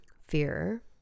fear